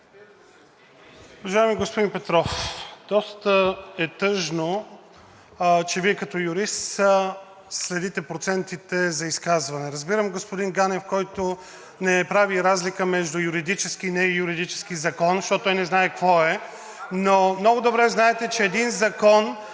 Уважаеми господин Петров, доста е тъжно, че Вие като юрист следите процентите за изказване. Разбирам господин Ганев, който не прави разлика между юридически и неюридически закон, защото не знае какво е, но много добре знаете, че един закон,